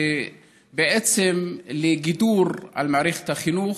ובעצם לגידור על מערכת החינוך,